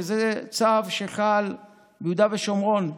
שזה צו שחל ביהודה ושומרון.